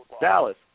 Dallas